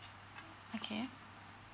okay